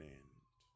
end